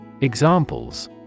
Examples